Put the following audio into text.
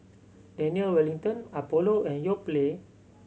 Daniel Wellington Apollo and Yoplait